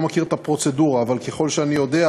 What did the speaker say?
אבל ככל שאני יודע,